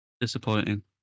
disappointing